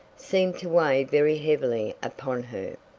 seemed to weigh very heavily upon her.